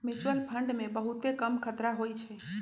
mutual fund मे बहुते कम खतरा होइ छइ